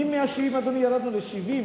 מ-170, אדוני, ירדנו ל-70.